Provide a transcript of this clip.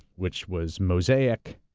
which was mosaic,